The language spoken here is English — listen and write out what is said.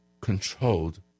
controlled